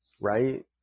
right